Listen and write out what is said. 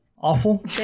awful